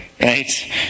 right